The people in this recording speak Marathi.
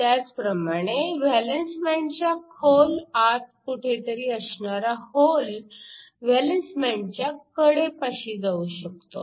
त्याचप्रमाणे व्हॅलन्स बँडच्या खोल आत कुठेतरी असणारा होल व्हॅलन्स बँडच्या कडेपाशी जाऊ शकतो